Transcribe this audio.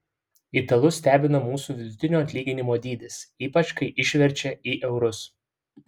italus stebina mūsų vidutinio atlyginimo dydis ypač kai išverčia į eurus